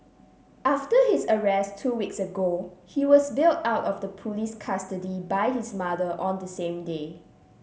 after his arrest two weeks ago he was bailed out of police custody by his mother on the same day